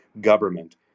government